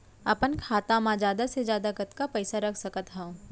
अपन खाता मा जादा से जादा कतका पइसा रख सकत हव?